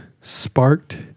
sparked